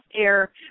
air